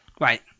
Right